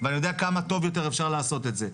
ואני יודע כמה טוב אפשר לעשות את זה.